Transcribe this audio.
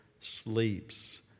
sleeps